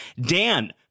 Dan